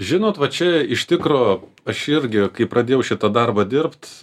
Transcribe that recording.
žinot va čia iš tikro aš irgi kai pradėjau šitą darbą dirbt